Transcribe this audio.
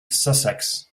sussex